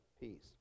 peace